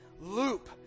loop